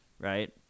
right